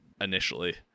initially